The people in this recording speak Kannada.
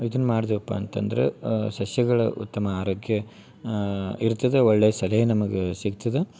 ಇದನ್ನ ಮಾಡ್ದೆವಪ್ಪ ಅಂತಂದ್ರ ಸಸ್ಯಗಳ ಉತ್ತಮ ಆರೋಗ್ಯ ಇರ್ತದ ಒಳ್ಳೆಯ ಸಲಹೆ ನಮ್ಗೆ ಸಿಗ್ತದ